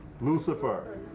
Lucifer